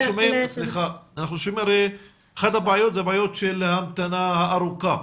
הרי אחת הבעיות היא ההמתנה הארוכה.